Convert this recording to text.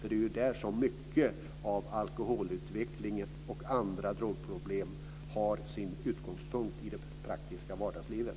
Det är där som mycket av alkoholutvecklingen och andra drogproblem har sin utgångspunkt i det praktiska vardagslivet.